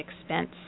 expense